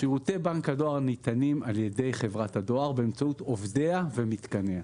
שירותי בנק הדואר ניתנים על-ידי חברת הדואר באמצעות עובדיה ומתקניה.